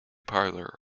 parlour